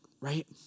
right